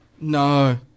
No